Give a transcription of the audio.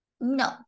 No